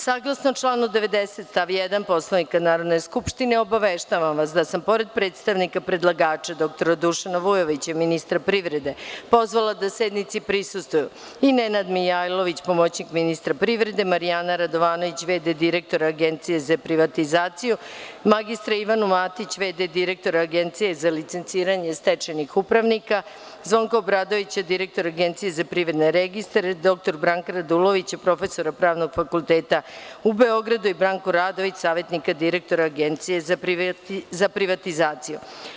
Saglasno članu 90. stav 1. Poslovnika Narodne skupštine, obaveštavam vas, da sam pored predstavnika predlagača dr Dušana Vujovića i ministra privrede pozvala da sednici prisustvuju Nenad Mijailović pomoćnik ministra privrede, Marijana Radovanović v.d. direktor Agencije za privatizaciju, magistra Ivanu Matić v.d. direktora Agencije za licenciranje stečajnih upravnika, Zvonko Obradović direktor Agencije za privredne registre, dr Branka Radulović prof. Pravnog fakulteta u Beogradu i Branko Radović savetnika direktora Agencije za privatizaciju.